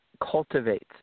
cultivates